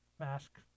Mask